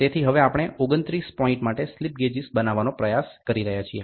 તેથી હવે આપણે 29 પોઇન્ટ માટે સ્લિપ ગેજીસ બનાવવાનો પ્રયાસ કરી રહ્યા છીએ